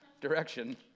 direction